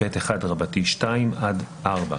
159ב1(2) עד (4).